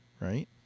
right